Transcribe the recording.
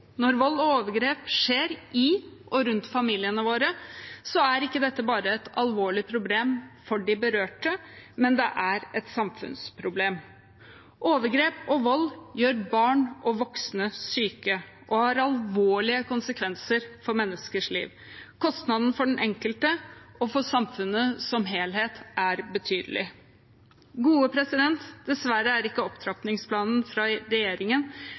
Når vold og overgrep skjer i og rundt familiene våre, er ikke dette bare et alvorlig problem for de berørte, det er et samfunnsproblem. Overgrep og vold gjør barn og voksne syke og har alvorlige konsekvenser for menneskers liv. Kostnaden for den enkelte og for samfunnet som helhet er betydelig. Dessverre er opptrappingsplanen fra regjeringen